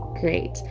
great